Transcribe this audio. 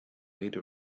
made